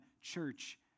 church